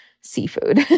seafood